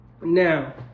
Now